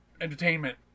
entertainment